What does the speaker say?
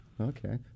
Okay